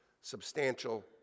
substantial